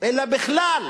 אלא בכלל,